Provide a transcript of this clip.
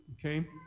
Okay